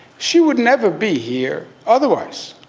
she would never be here otherwise.